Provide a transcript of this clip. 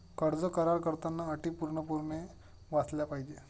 कर्ज करार करताना अटी पूर्णपणे वाचल्या पाहिजे